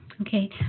okay